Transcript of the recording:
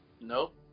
Nope